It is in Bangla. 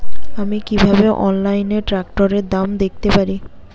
আমি কিভাবে অনলাইনে ট্রাক্টরের দাম দেখতে পারি?